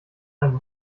einen